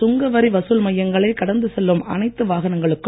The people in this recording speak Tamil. சுங்க வரி வசூல் மையங்களை கடந்து செல்லும் அனைத்து வாகனங்களுக்கும்